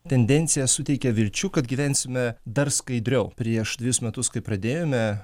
tendencija suteikia vilčių kad gyvensime dar skaidriau prieš dvejus metus kai pradėjome